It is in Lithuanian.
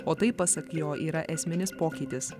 o tai pasak jo yra esminis pokytis